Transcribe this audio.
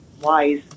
wise